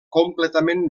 completament